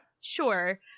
Sure